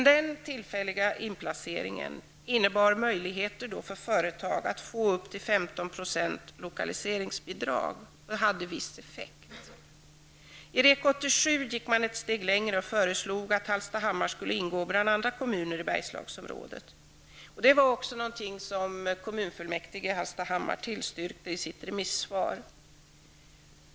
Den tillfälliga inplaceringen innebar möjligheter för företag att få upp till 15 % lokaliseringsbidrag. Det hade viss effekt. I REK 87 gick man ett steg längre och föreslog att Hallstahammar skulle ingå bland andra kommuner i Bergslagsområdet. Det var också något som kommunfullmäktige i Hallstahammar tillstyrkte i sitt remissvar.